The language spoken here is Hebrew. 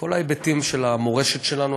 כל ההיבטים של המורשת שלנו.